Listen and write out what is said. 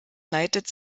leitet